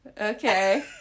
Okay